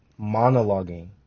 monologuing